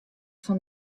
fan